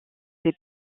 des